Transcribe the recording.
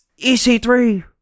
EC3